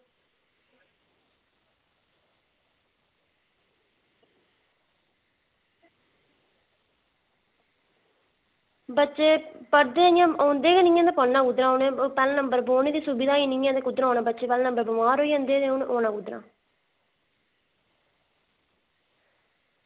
बच्चे पढ़दे ते औंदे गै निं हैन ते पढ़ना कुद्धरा ते पैह्ले नंबर बौह्ने दी गै सुविधा निं ऐ ते कुद्धरा औना ते बच्चे पैह्ले नंबर ते बमार होई जंदे ते उनें औना कुद्धरा